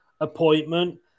appointment